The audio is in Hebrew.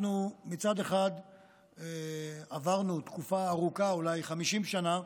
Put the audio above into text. אנחנו מצד אחד עברנו תקופה ארוכה, אולי 50 שנה,